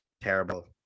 terrible